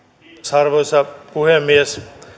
arvoisa puhemies